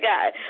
God